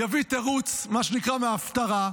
ויביא תירוץ מההפטרה,